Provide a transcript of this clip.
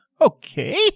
Okay